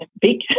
big